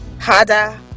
harder